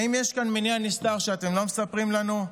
האם יש כאן מניע נסתר שאתם לא מספרים לנו?